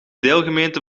deelgemeente